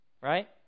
Right